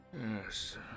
Yes